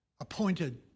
appointed